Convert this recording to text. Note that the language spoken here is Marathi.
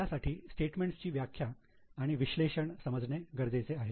त्यासाठी स्टेटमेंटची व्याख्या आणि विश्लेषण समजणे गरजेचे आहे